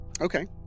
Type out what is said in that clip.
Okay